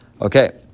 Okay